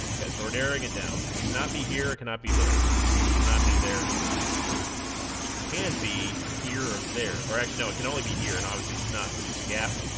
okay so we're narrowing it down it cannot be here it cannot be there cannot be there either it can be here or there or actually no it can only be here and obviously it's not because there's a gap